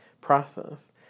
process